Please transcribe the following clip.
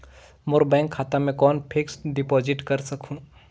मोर bank खाता मे कौन फिक्स्ड डिपॉजिट कर सकहुं?